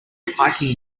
hiking